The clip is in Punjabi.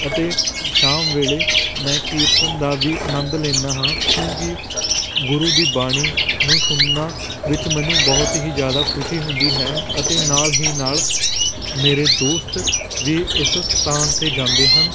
ਅਤੇ ਸ਼ਾਮ ਵੇਲੇ ਮੈਂ ਕੀਰਤਨ ਦਾ ਵੀ ਆਨੰਦ ਲੈਦਾ ਹਾਂ ਕਿਉਂਕਿ ਗੁਰੂ ਦੀ ਬਾਣੀ ਨੂੰ ਸੁਣਨਾ ਵਿੱਚ ਮੈਨੂੰ ਬਹੁਤ ਹੀ ਜ਼ਿਆਦਾ ਖੁਸ਼ੀ ਹੁੰਦੀ ਹੈ ਅਤੇ ਨਾਲ ਹੀ ਨਾਲ ਮੇਰੇ ਦੋਸਤ ਵੀ ਇਸ ਸਥਾਨ 'ਤੇ ਜਾਂਦੇ ਹਨ